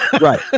Right